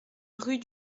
rue